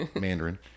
mandarin